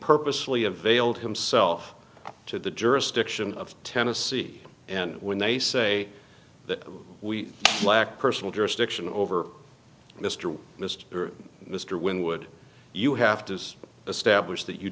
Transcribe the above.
purposefully availed himself to the jurisdiction of tennessee and when they say we lack personal jurisdiction over mr mr mr wynn would you have to establish that you